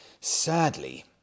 Sadly